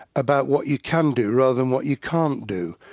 about what you can do rather than what you can't do!